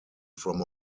from